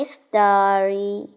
story